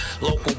local